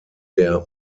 der